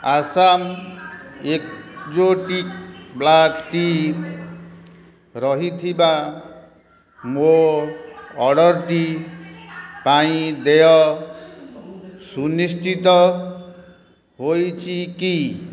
Assam exotic black tea ରହିଥିବା ମୋ ଅର୍ଡ଼ର୍ଟି ପାଇଁ ଦେୟ ସୁନିଶ୍ଚିତ ହୋଇଛି କି